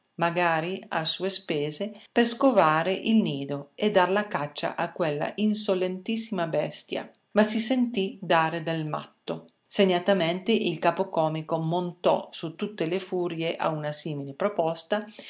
magari a sue spese per scovare il nido e dar la caccia a quella insolentissima bestia ma si sentì dare del matto segnatamente il capocomico montò su tutte le furie a una simile proposta